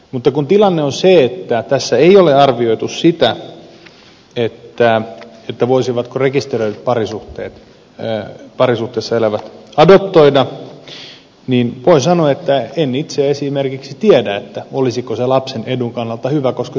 mutta kun tilanne on se että tässä ei ole arvioitu sitä voisivatko rekisteröidyssä parisuhteessa elävät adoptoida niin voin sanoa että en itse esimerkiksi tiedä olisiko se lapsen edun kannalta hyvä koska sitä ei ole tässä arvioitu